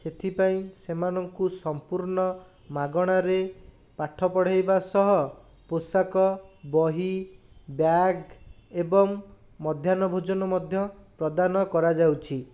ସେଥିପାଇଁ ସେମାନଙ୍କୁ ସମ୍ପୂର୍ଣ୍ଣ ମାଗଣାରେ ପାଠ ପଢ଼େଇବା ସହ ପୋଷାକ ବହି ବ୍ୟାଗ ଏବଂ ମଧ୍ୟାହ୍ନ ଭୋଜନ ମଧ୍ୟ ପ୍ରଦାନ କରାଯାଉଛି